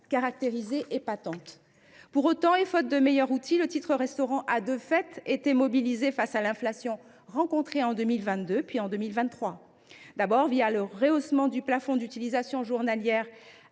caractérisées et patentes. Pour autant, faute de meilleur outil, le titre restaurant a de fait été mobilisé face à l’inflation rencontrée en 2022, puis en 2023, tout d’abord le rehaussement du plafond d’utilisation journalière